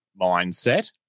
mindset